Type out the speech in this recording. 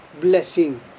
blessing